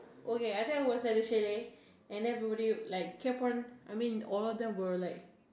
oh ya ya I think I was at the chalet and then everybody like kept on I mean all of them were like